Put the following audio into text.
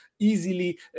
Easily